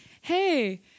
Hey